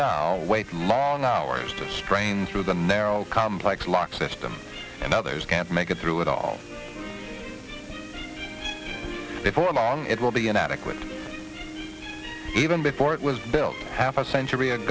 now wait long hours to strain through the narrow complex lock system and others can't make it through it all before long it will be inadequate even before it was built half a century a